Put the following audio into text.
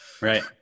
Right